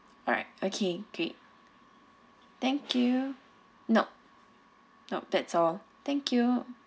alright okay great thank you nope nope that's all thank you